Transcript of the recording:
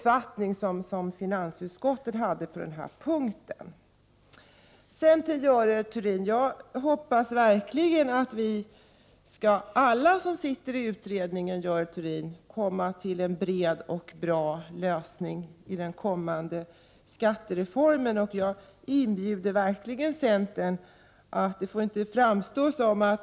Finansutskottet ha haft samma uppfattning på denna punkt. Jag hoppas verkligen, Görel Thurdin, att vi alla som sitter i utredninge kan enas och kommer till en bred och bra lösning i fråga om den kommand skattereformen. Jag inbjuder verkligen centern. Det får inte framstå som så Prot.